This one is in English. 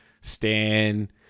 Stan